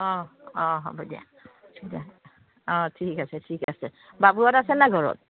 অঁ অঁ হ'ব দিয়া হ'ব দিয়া অঁ ঠিক আছে ঠিক আছে বাপুহঁত আছে নাই ঘৰত